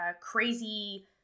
crazy